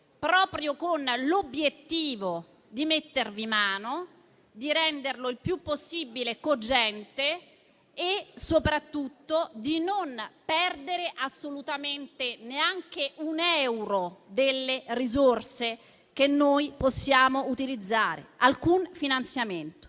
proprio con l'obiettivo di mettervi mano, di renderlo il più possibile cogente e, soprattutto, di non perdere assolutamente neanche un euro delle risorse e dei finanziamenti